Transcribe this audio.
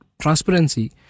transparency